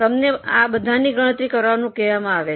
તમને આ બધાની ગણતરી કરવાનું કહેવામાં આવે છે